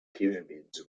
pyramids